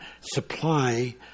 supply